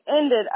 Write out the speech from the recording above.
ended